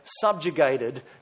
subjugated